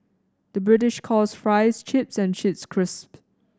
the British calls fries chips and chips crisps